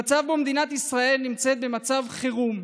במצב שבו מדינת ישראל נמצאת במצב חירום,